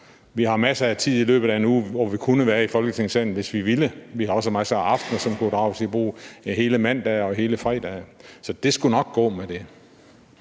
Vi har masser af tid i løbet af en uge, hvor vi kunne være i Folketingssalen, hvis vi ville. Vi har også masser af aftener, som kunne drages ind: hele mandage og hele fredage. Så det skulle nok gå med det.